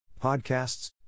podcasts